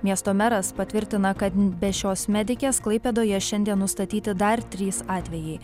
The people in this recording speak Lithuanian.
miesto meras patvirtina kad be šios medikės klaipėdoje šiandien nustatyti dar trys atvejai